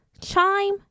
Chime